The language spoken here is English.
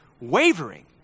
wavering